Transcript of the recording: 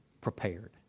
prepared